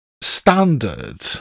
standard